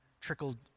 trickled